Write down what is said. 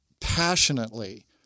passionately